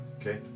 Okay